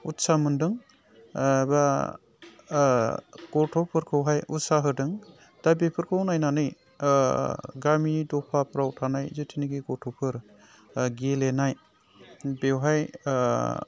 उत्साह मोनदों बा गथ'फोरखौहाय उत्सा होदों दा बेफोरखौ नायनानै गामि दफाफ्राव थानाय जिथुनिखि गथ'फोर गेलेनाय बेवहाय